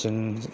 जों